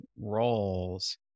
roles